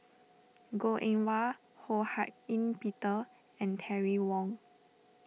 Goh Eng Wah Ho Hak Ean Peter and Terry Wong